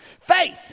faith